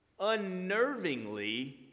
unnervingly